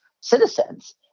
citizens